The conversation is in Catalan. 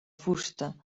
fusta